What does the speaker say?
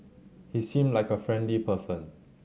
he seemed like a friendly person